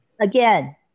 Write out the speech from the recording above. again